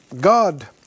God